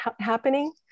happening